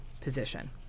position